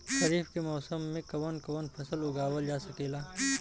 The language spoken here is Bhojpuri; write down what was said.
खरीफ के मौसम मे कवन कवन फसल उगावल जा सकेला?